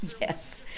yes